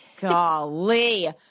Golly